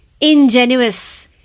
ingenuous